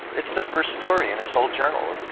it's the first story in his whole journal,